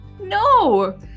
No